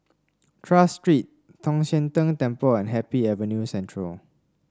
Tras Street Tong Sian Tng Temple and Happy Avenue Central